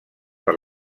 per